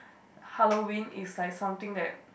Halloween is like something that